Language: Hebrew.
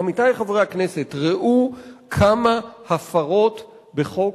עמיתי חברי הכנסת, ראו כמה הפרות בחוק